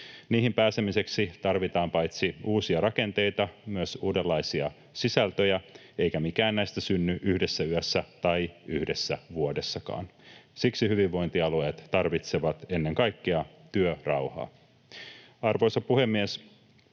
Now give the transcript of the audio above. Niihin pääsemiseksi tarvitaan paitsi uusia rakenteita myös uudenlaisia sisältöjä, eikä mikään näistä synny yhdessä yössä tai yhdessä vuodessakaan. Siksi hyvinvointialueet tarvitsevat ennen kaikkea työrauhaa. Arvoisa puhemies!